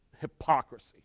hypocrisy